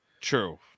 true